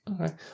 Okay